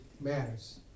matters